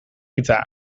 hitza